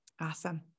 Awesome